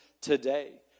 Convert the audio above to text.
today